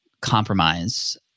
compromise